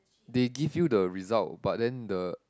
they give you the result but then the